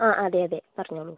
ആ അതെ അതെ പറഞ്ഞോളൂ